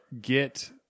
get